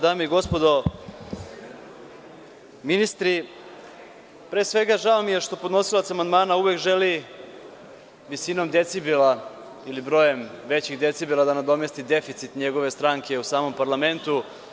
Dame i gospodo, ministri, pre svega žao mi je što podnosilac amandmana uvek želi visinom decibela ili brojem većih decibela da nadomesti deficit njegove stranke u samom parlamentu.